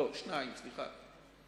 לא, שניים, סליחה.